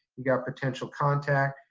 you've got potential contact,